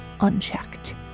unchecked